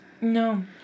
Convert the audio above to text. No